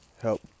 help